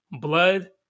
blood